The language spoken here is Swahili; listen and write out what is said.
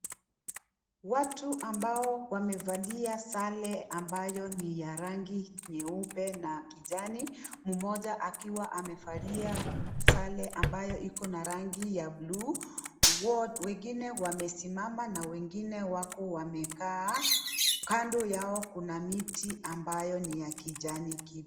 Watu ambao wamevalia sale ambayo ni ya rangi nyeupe na kijani mumoja akiwa amevalia sale ambayo iko na rangi ya bluu. Wegine wamesimama na wegine wako wamekaa kando yao kuna miti ambayo ni ya kijani kibichi...